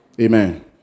Amen